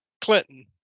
Clinton